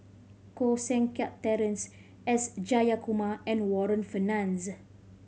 Koh Seng Kiat Terence S Jayakumar and Warren Fernandez